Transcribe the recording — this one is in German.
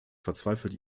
verzweifelt